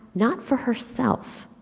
not for herself,